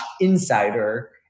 insider